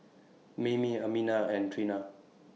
Mayme Amina and Trena